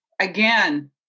again